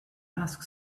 ask